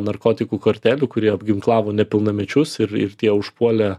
narkotikų kartelių kurie apginklavo nepilnamečius ir ir tie užpuolė